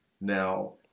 Now